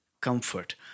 comfort